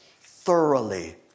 thoroughly